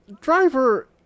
Driver